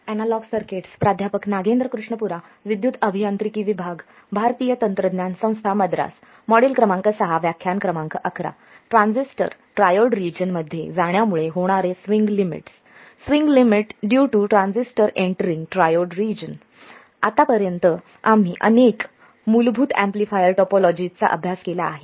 आम्ही आतापर्यंत अनेक मूलभूत एम्पलीफायर टोपोलॉजीज चा अभ्यास केला आहे